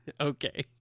Okay